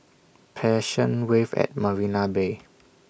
Passion Wave At Marina Bay